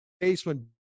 basement